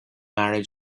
married